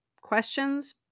questions